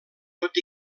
tot